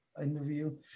interview